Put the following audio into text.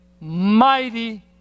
mighty